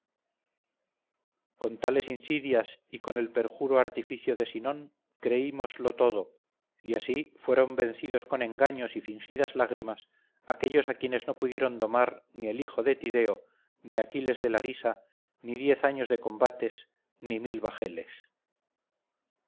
tales insidias y con el perjuro artificio de sinón creímoslo todo y así fueron vencidos con engaños y fingidas lágrimas aquellos a quienes no pudieron domar ni el hijo de tideo ni aquiles de larisa ni diez años de combates ni mil bajeles